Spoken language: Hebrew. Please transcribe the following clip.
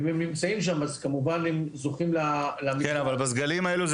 אם הם נמצאים שם אז כמובן הם זוכים --- כן אבל בסגלים האלו,